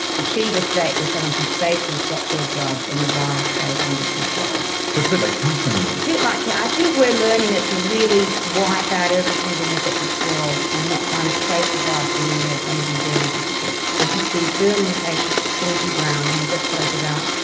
achieve a state where someone can safely stop their drugs and the virus stays under control. so it's bit like cancer in ah and a like way. i think we're learning that to really wipe out every single infected cell and not find a trace of virus anywhere is going to be very difficult. the the berlin patient, timothy brown, who you just spoke about,